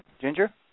Ginger